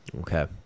Okay